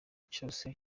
cyose